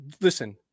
Listen